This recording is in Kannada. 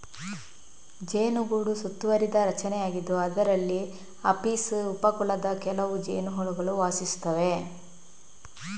ಜೇನುಗೂಡು ಒಂದು ಸುತ್ತುವರಿದ ರಚನೆಯಾಗಿದ್ದು, ಇದರಲ್ಲಿ ಅಪಿಸ್ ಉಪ ಕುಲದ ಕೆಲವು ಜೇನುಹುಳುಗಳು ವಾಸಿಸುತ್ತವೆ